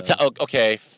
Okay